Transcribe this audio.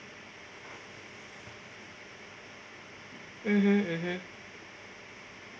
mmhmm mmhmm